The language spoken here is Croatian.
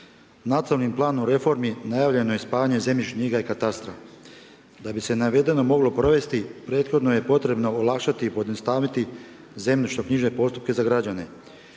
Nacionalni plan o reformi najavljeno je spajanje zemljišnih knjiga i katastra. Da bi se navedeno moglo provesti, prethodno je potrebo olakšati i pojednostavniti zemljišno knjižne postupke za građenje.